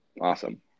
awesome